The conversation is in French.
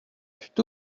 fut